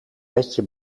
netje